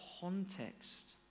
context